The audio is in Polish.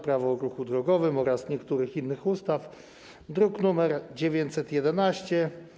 Prawo o ruchu drogowym oraz niektórych innych ustaw, druk nr 911.